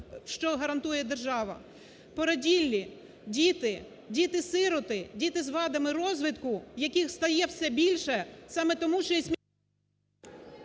що гарантує держава. Породіллі, діти, діти-сироти, діти з вадами розвитку, яких стає все більше саме тому, що…